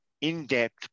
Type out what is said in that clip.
in-depth